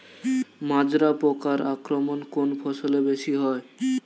মাজরা পোকার আক্রমণ কোন ফসলে বেশি হয়?